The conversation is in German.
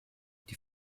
die